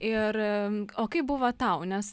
ir o kaip buvo tau nes